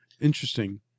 interesting